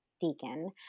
Deacon